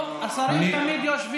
לא, אבל זה לא על חשבון הזמן שלי.